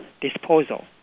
disposal